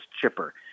Chipper